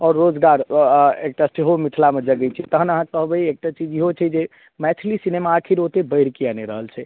आओर रोजगार एक टा सेहो मिथिलामे जगै छै तहन अहाँ कहबै एक टा चीज यहो छै जे मैथिली सिनेमा आखिर ओत्ते बढ़ि किए नहि रहल छै